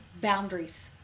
boundaries